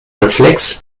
reflex